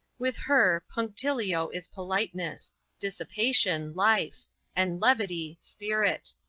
with her, punctilio is politeness dissipation, life and levity, spirit.